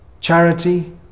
charity